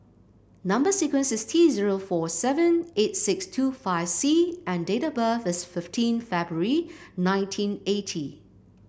number sequence is T zero four seven eight six two five C and date of birth is fifteen February nineteen eighty